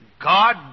God